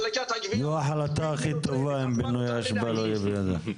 זו החלטה הכי טובה אם פינוי האשפה לא יהיה בידה.